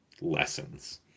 lessons